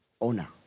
Owner